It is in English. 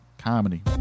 comedy